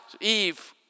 Eve